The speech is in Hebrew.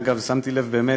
אגב, שמתי לב באמת,